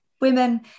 women